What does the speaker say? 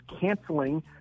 canceling